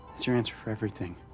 that's your answer for everything